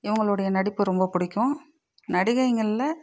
இவங்களுடைய நடிப்பு ரொம்ப பிடிக்கும் நடிகைகளில்